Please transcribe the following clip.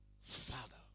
father